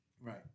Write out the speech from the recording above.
Right